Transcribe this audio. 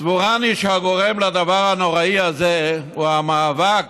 סבורני שהגורם לדבר הנוראי הזה הוא המאבק